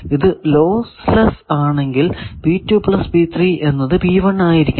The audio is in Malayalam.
ഇത് ലോസ് ലെസ്സ് ആണെങ്കിൽ എന്നത് ആയിരിക്കണം